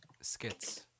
skits